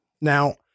Now